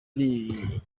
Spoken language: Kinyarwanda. ari